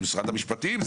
זה משרד המשפטים.